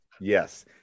Yes